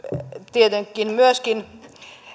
tietenkin myöskin